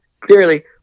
clearly